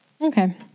Okay